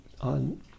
on